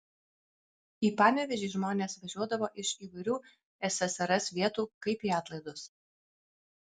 į panevėžį žmonės važiuodavo iš įvairių ssrs vietų kaip į atlaidus